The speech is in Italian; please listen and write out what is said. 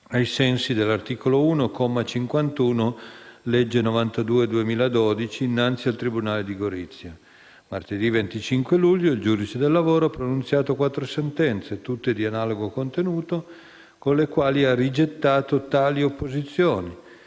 legge 28 giugno 2012, n. 92, innanzi al tribunale di Gorizia. Martedì 25 luglio il giudice del lavoro ha pronunziato quattro sentenze, tutte di analogo contenuto, con le quali ha rigettato tali opposizioni,